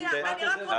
תן לה את המשפט הזה,